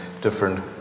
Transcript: different